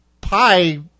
pie